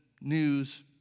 news